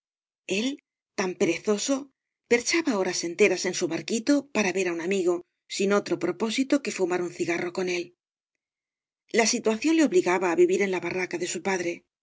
el tan perezoso perchaba horas enteras en su barquito para ver á un amigo sin otro propósito que fumar un cigarro con él la situación le obligaba á vivir en la barraca gañas y barro de au padre